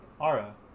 ara